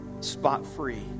spot-free